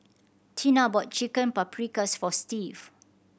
Tina bought Chicken Paprikas for Steve